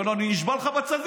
אומר לו: אני נשבע לך בצדיק.